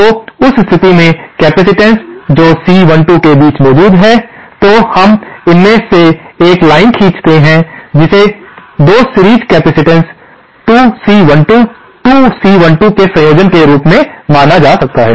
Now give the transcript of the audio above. तो उस स्थिति में कैपेसिटेंस जो C12 के बीच मौजूद है तो हम इसमें से एक लाइन खींचते हैं जिसे 2 सीरीज़ कैपेसिटेंस 2C12 2C12 के संयोजन के रूप में माना जा सकता है